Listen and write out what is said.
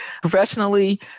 Professionally